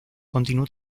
continuó